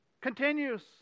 continues